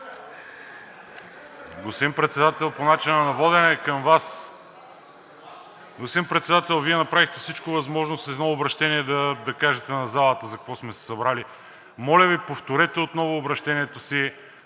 Господин Председател, по начина на водене към Вас. Господин Председател, Вие направихте всичко възможно с едно обръщение да кажете на залата за какво сме се събрали. Моля Ви, повторете отново обръщението си,